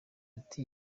ati